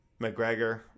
McGregor